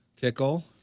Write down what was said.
Tickle